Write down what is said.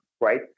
right